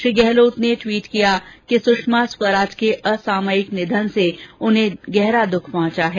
श्री गहलोत ने ट्वीट किया कि सुषमा स्वराज के असामयिक निधन से उन्हें गहरा दुख पहुंचा है